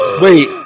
Wait